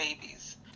babies